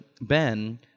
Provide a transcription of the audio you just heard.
Ben